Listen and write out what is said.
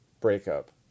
breakup